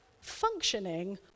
functioning